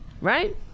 Right